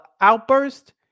outburst